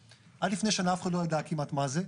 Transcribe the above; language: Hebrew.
עד לפני שנה אף אחד לא ידע כמעט מה זה,